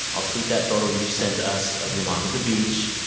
i'll tweet that photo you sent us of your mom at the beach.